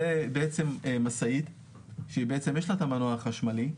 זו משאית שיש לה את המנוע החשמלי,